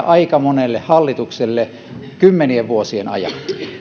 aika monelle hallitukselle kymmenien vuosien ajan